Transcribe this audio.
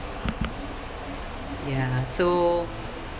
ya so